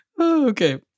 Okay